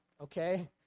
Okay